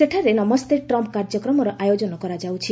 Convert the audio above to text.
ସେଠାରେ ନମସ୍ତେ ଟ୍ରମ୍ପ କାର୍ଯ୍ୟକ୍ରମର ଆୟୋଜନ କରାଯାଉଛି